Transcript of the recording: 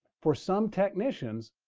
for some technicians,